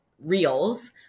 Reels